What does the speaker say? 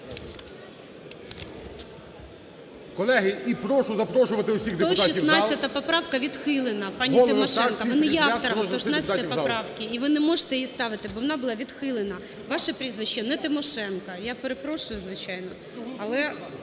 прошу запросити депутатів в зал. ГОЛОВУЮЧИЙ. 116-а поправка відхилена, пані Тимошенко. Ви не є автором 116 поправки, ви не можете її ставити, бо вона була відхилена. Ваше прізвище не "Тимошенко". Я перепрошую, звичайно,